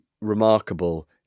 remarkable